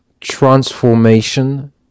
transformation